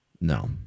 No